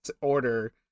order